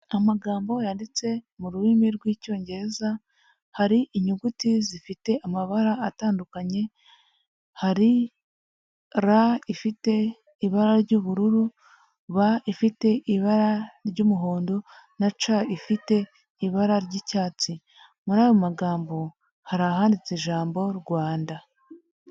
Amagambo yanditse mu rurimi rw'icyongereza hari inyuguti zifite amabara atandukanye, hari r ifite ibara ry'ubururu, b ifite ibara ry'umuhondo na c ifite ibara ry'icyatsi, muri ayo magambo hari ahanditse ijambo Rwanda.